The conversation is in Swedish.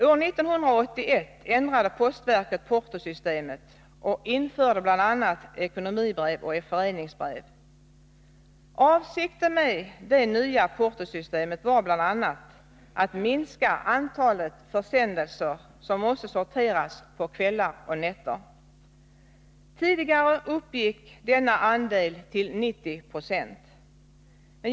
År 1981 ändrade postverket portosystemet och införde bl.a. ekonomibrev och föreningsbrev. Avsikten med det nya portosystemet var bl.a. att minska antalet försändelser som måste sorteras på kvällar och nätter. Tidigare uppgick denna andel till 90 26.